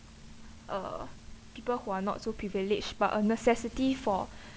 uh people who are not so privileged but a necessity for